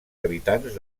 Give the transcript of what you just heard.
habitants